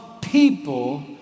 people